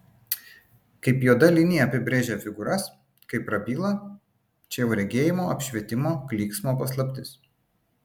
kaip juoda linija apibrėžia figūras kaip prabyla čia jau regėjimo apšvietimo klyksmo paslaptis